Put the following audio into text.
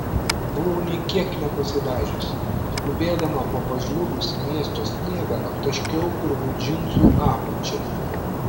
buvau nė kiek nepasidažiusi skubėdama po pažliugusį miesto sniegą aptaškiau purvu džinsų apačią